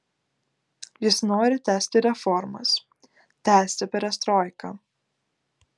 jis nori tęsti reformas tęsti perestroiką